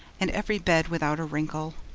and every bed without a wrinkle.